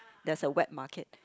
there's a wet market